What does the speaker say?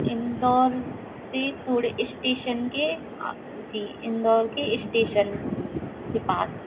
इंदौर से थोड़े इश्टेशन के जी इंदौर के इश्टेशन के पास